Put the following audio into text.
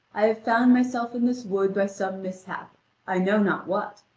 i have found myself in this wood by some mishap i know not what.